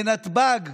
בנתב"ג,